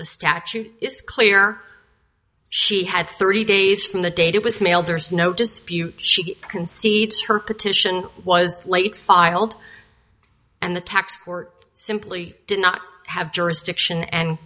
the statute is clear she had thirty days from the date it was mailed there's no dispute she concedes her petition was late filed and the tax or simply did not have jurisdiction and